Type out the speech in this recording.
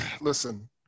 listen